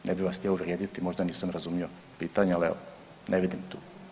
Ne bih vas htio uvrijediti, možda nisam razumio pitanje ali evo ne vidim tu.